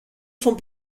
font